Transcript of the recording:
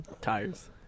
Tires